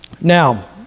Now